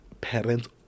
Parents